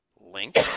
Link